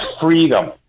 freedom